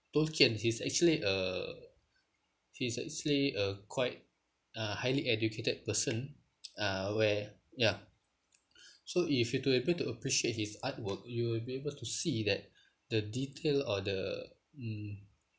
tolkien he's actually a he's actually a quite uh highly educated person uh where ya so if you're to able to appreciate his artwork you will be able to see that the detail or the mm